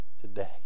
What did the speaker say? today